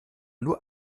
nur